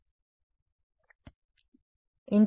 విద్యార్థి సంఘటన